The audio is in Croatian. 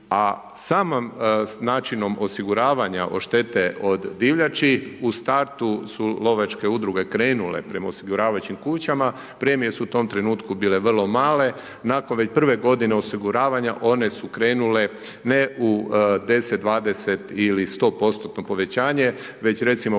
a samim načinom osiguravanja od štete od divljači u startu su lovačke udruge krenule prema osiguravajućim kućama, premije su u tom trenutku bile vrlo male, nakon prve godine osiguravanja one su krenule, ne u 10, 20 ili 100%-tno povećanje već recimo primjer